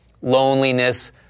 loneliness